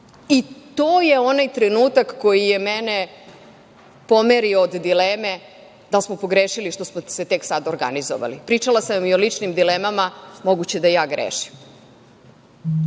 To je onaj trenutak koji je mene pomerio od dileme da li smo pogrešili što smo se tek sada organizovali. Pričala sam i o ličnim dilemama, moguće da ja grešim,